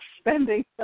spending